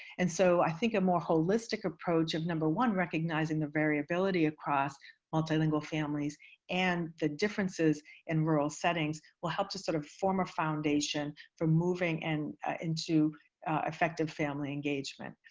and so i think a more holistic approach of number one, recognizing the variability across multilingual families and the differences in rural settings will help to sort of form a foundation for moving and into effective family engagement.